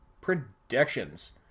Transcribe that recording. predictions